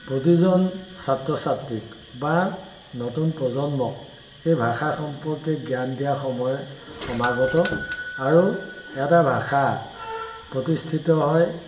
প্ৰতিজন ছাত্ৰ ছাত্ৰীক বা নতুন প্ৰজন্মক সেই ভাষা সম্পৰ্কে জ্ঞান দিয়াৰ সময় সমাগত আৰু এটা ভাষা প্ৰতিষ্ঠিত হয়